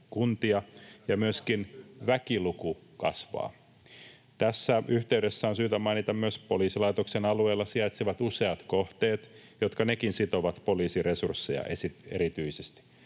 ja myöskin väkiluku kasvaa. Tässä yhteydessä on syytä mainita myös poliisilaitoksen alueella sijaitsevat useat kohteet, jotka nekin sitovat poliisiresursseja erityisesti,